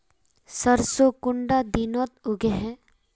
सरसों कुंडा दिनोत उगैहे?